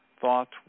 thoughts